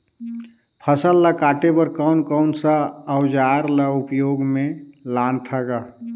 फसल ल काटे बर कौन कौन सा अउजार ल उपयोग में लानथा गा